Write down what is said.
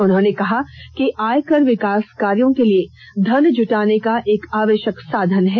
उन्होंने कहा कि आय कर विकास कार्यों के लिए धन जुटाने का एक आवश्यक साधन है